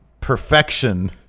perfection